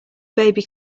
baby